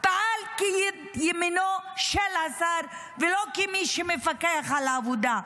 פעל כיד ימינו של השר, ולא כמי שמפקח על העבודה.